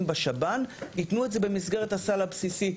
בשב"ן יתנו את זה במסגרת הסל הבסיסי.